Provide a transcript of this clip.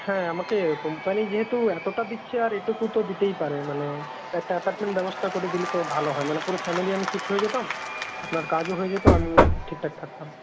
হ্যাঁ আমাকে কোম্পানি যেহেতু এতটা দিচ্ছে আর এটুকু তো দিতেই পারে মানে একটা অ্যাপার্টমেন্ট ব্যবস্থা করে দিলে তো ভালো হয় মানে পুরো ফ্যামিলি আমি শিফট হয়ে যেতাম আপনার কাজও হয়ে যেত আমিও ঠিকঠাক থাকতাম